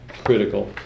critical